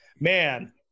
man